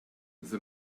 the